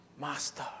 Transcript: Master